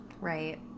Right